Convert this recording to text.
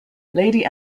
lady